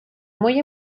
muy